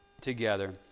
together